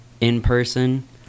in-person